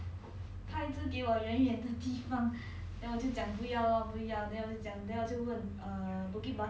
then like taman jurong then jurong point like 就是很比较远的地方 lah then